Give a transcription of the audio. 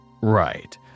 Right